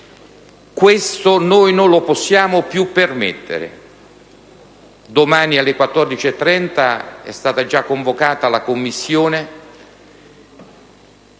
Questo noi non lo possiamo più permettere. Domani, alle ore 14,30, è stata già convocata la Commissione